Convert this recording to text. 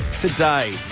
today